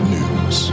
News